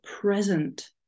present